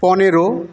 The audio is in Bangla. পনেরো